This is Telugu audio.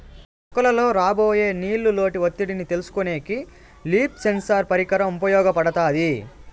మొక్కలలో రాబోయే నీళ్ళ లోటు ఒత్తిడిని తెలుసుకొనేకి లీఫ్ సెన్సార్ పరికరం ఉపయోగపడుతాది